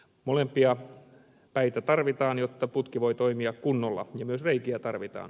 molempia päitä tarvitaan jotta putki voi toimia kunnolla ja myös reikiä tarvitaan